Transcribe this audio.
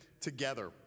together